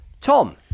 tom